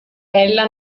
ella